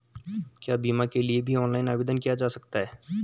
क्या बीमा के लिए भी ऑनलाइन आवेदन किया जा सकता है?